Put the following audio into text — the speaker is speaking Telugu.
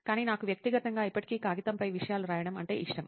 కానీ నాకు వ్యక్తిగతంగా ఇప్పటికీ కాగితంపై విషయాలు రాయడం అంటే ఇష్టం